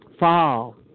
fall